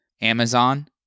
Amazon